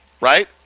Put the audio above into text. right